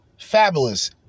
Fabulous